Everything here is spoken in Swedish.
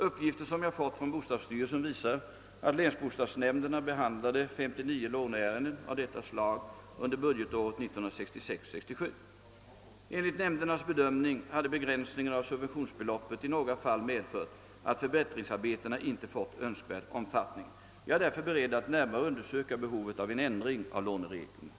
Uppgifter som jag har fått från bostadsstyrelsen visar att länsbostadsnämnderna behandlade 59 låneärenden av detta slag under budgetåret 1966/67. Enligt nämndernas bedömning hade begränsningen av subventionsbeloppet i några fall medfört att förbättringsarbetena inte fått önskvärd omfattning. Jag är därför beredd att närmare undersöka behovet av en ändring av lånereglerna.